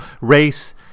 race